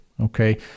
okay